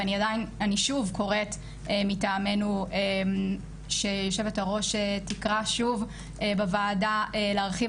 ואני שוב קוראת מטעמנו שיושבת הראש תקרא שוב בוועדה להרחיב